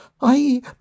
I